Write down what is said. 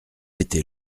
était